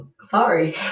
Sorry